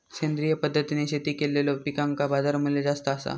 सेंद्रिय पद्धतीने शेती केलेलो पिकांका बाजारमूल्य जास्त आसा